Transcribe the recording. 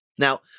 Now